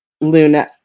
Luna